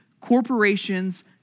corporations